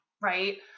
right